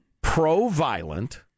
pro-violent